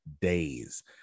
days